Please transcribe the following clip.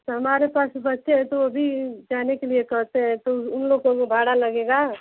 तो हमारे पास बच्चे हैं तो भी जाने के लिए कहते हैं तो उन लोगों को भाड़ा लगेगा